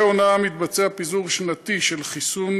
מדי עונה מתבצע פיזור שנתי של חיסון